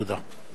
תודה.